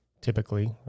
Typically